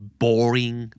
boring